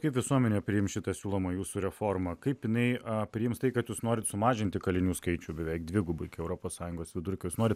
kaip visuomenė priims šitą siūlomą jūsų reformą kaip jinai a priims tai kad jūs norit sumažinti kalinių skaičių beveik dvigubai europos sąjungos vidurkio jūs norit